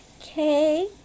okay